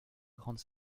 grandes